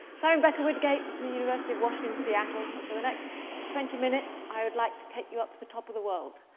so rebecca woodgate from the university of washington, seattle. and for the next twenty minutes, i would like to take you up to the top of the world,